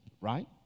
right